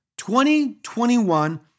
2021